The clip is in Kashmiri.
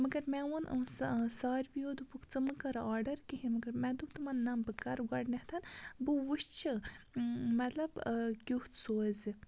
مگر مےٚ ووٚن سُہ ساروِیو دوٚپُکھ ژٕ مہٕ کَرٕ آرڈَر کِہیٖنۍ مگر مےٚ دوٚپ تمَن نہ بہٕ کَرٕ گۄڈنٮ۪تھ بہٕ وٕچھِ مطلب کیُتھ سوزِ